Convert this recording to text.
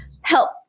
help